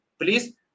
please